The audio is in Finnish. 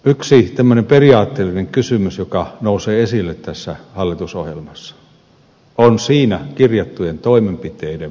yksi tämmöinen periaatteellinen kysymys joka nousee esille tässä hallitusohjelmassa on siinä kirjattujen toimenpiteiden vaikuttavuuden arvioinnin puuttuminen